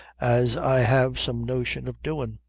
as i have some notion of doin'.